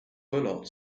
ballad